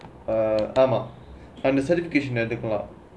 uh ah mah and its certification at the cohort